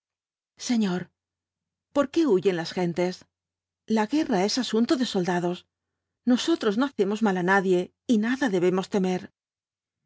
señor por qué huyen las gentes la guerra es asunto desoldados nosotros no hacemos mal á nadie y nada debemos temer